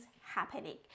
happening